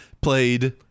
played